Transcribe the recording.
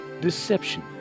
deception